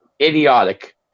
idiotic